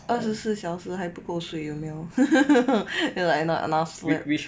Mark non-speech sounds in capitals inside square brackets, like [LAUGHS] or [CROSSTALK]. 二十四小时还不够睡有没有 [LAUGHS] like not enough sleep